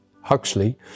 huxley